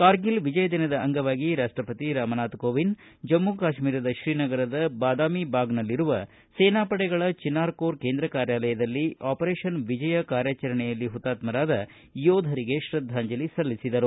ಕಾರ್ಗಿಲ್ ವಿಜಯ ದಿನದ ಅಂಗವಾಗಿ ರಾಷ್ಟಪತಿ ರಾಮನಾಥ್ ಕೋವಿಂದ್ ಜಮ್ಮ ಕಾಶ್ಮೀರದ ಶ್ರೀನಗರದ ಬಾದಾಮಿಬಾಗ್ನಲ್ಲಿರುವ ಸೇನಾಪಡೆಗಳ ಚಿನಾರ್ ಕೋರ್ ಕೇಂದ್ರ ಕಾರ್ಯಾಲಯದಲ್ಲಿ ಆಪರೇಷನ್ವಿಜಯ್ ಕಾರ್ಚಾಚರಣೆಯಲ್ಲಿ ಹುತಾತ್ಸರಾದ ಯೋಧರಿಗೆ ಶ್ರದ್ದಾಂಜಲಿ ಸಲ್ಲಿಸಿದರು